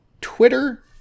Twitter